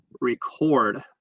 record